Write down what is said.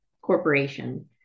corporation